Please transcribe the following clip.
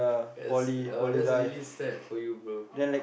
that's that's really sad for you bro